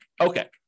Okay